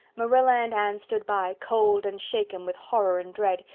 marilla and anne stood by, cold and shaken with horror and dread,